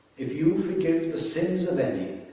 if you forgive the sins of any,